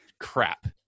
crap